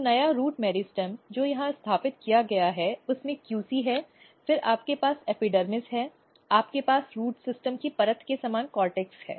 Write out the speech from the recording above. तो नया root meristem जो यहां स्थापित किया गया है उसमें QC है फिर आपके पास एपिडर्मिस है आपके पास रूट सिस्टम की परत के समान कोर्टेक्स है